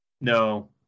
No